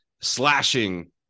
Slashing